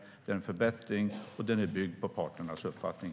Det är en förbättring, och den är byggd på parternas uppfattning.